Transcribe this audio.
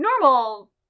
normal